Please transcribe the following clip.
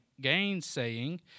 gainsaying